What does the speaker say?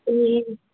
ए